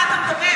מה אתה מדבר?